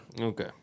Okay